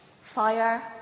fire